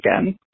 again